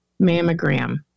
mammogram